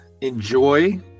enjoy